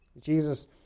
Jesus